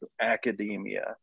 academia